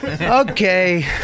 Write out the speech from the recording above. Okay